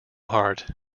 heart